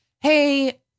Hey